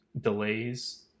delays